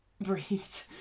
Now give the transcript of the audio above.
Breathed